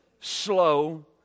slow